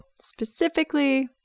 specifically